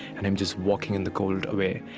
and him just walking in the cold, away,